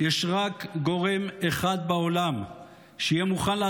יש רק גורם אחד בעולם שיהיה מוכן לעשות